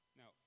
now